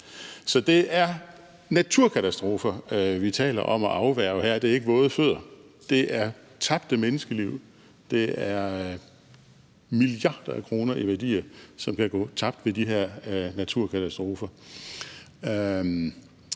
Så det er naturkatastrofer, vi taler om at afværge her. Det er ikke våde fødder. Det er tabte menneskeliv. Det er milliarder af kroner i værdier, som kan gå tabt ved de her naturkatastrofer.